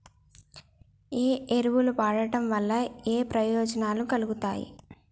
ఏ ఎరువులు వాడటం వల్ల ఏయే ప్రయోజనాలు కలుగుతయి?